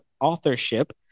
authorship